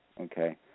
okay